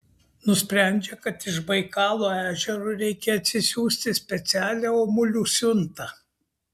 nusprendžia kad iš baikalo ežero reikia atsisiųsti specialią omulių siuntą